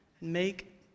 Make